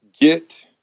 get